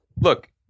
Look